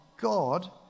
God